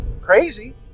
crazy